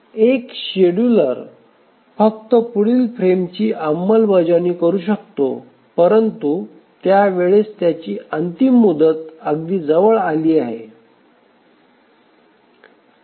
एक शेड्यूलर फक्त पुढील फ्रेमची अंमलबजावणी करू शकतो परंतु त्यावेळेस त्याची अंतिम मुदत अगदी जवळ आली आहे